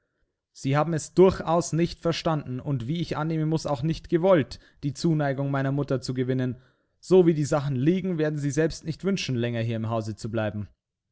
sie haben es durchaus nicht verstanden und wie ich annehmen muß auch nicht gewollt die zuneigung meiner mutter zu gewinnen so wie die sachen liegen werden sie selbst nicht wünschen länger hier im hause zu bleiben